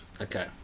okay